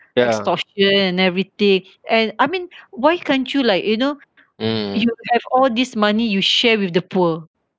extortion and everything and I mean why can't you like you know you have all this money you share with the poor